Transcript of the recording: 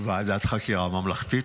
ועדת חקירה ממלכתית.